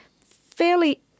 fairly